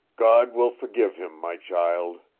god will forgive him, my child.